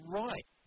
right